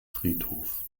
friedhof